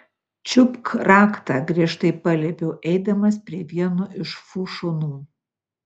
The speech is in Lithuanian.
čiupk raktą griežtai paliepiau eidamas prie vieno iš fu šunų